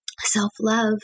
self-love